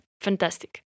fantastic